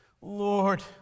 Lord